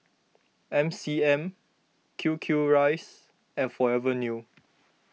M C M Q Q Rice and Forever New